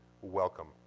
welcome